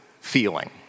feeling